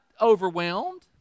overwhelmed